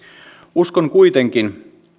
uskon kuitenkin